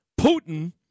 Putin